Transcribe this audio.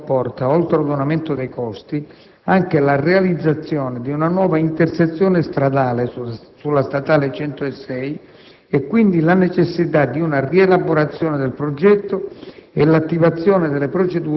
La richiesta di variazione comporta, oltre ad un aumento dei costi, anche la realizzazione di una nuova intersezione stradale sulla strada statale 106 e, quindi, la necessità di una rielaborazione del progetto